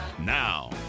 Now